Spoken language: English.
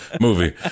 movie